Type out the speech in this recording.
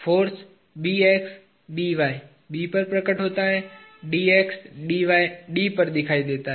force B पर प्रकट होता है D पर दिखाई देता है